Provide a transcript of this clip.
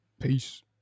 Peace